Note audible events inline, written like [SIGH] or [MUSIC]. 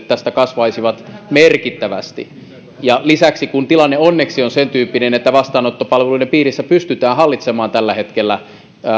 [UNINTELLIGIBLE] tästä kasvaisivat merkittävästi ja lisäksi kun tilanne onneksi on sen tyyppinen että vastaanottopalveluiden piirissä pystytään hallitsemaan tällä hetkellä